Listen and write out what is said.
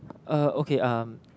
uh okay um